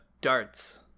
darts